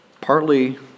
partly